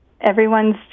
everyone's